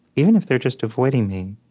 even if they're just avoiding me,